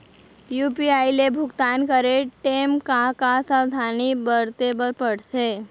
UPI ले भुगतान करे टेम का का सावधानी बरते बर परथे